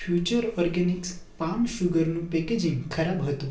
future organics palm શ્યુગરનું packaging ખરાબ હતું